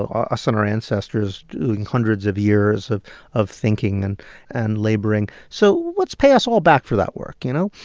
us and our ancestors doing hundreds of years of of thinking and and laboring, so let's pay us all back for that work, you know?